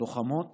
לוחמות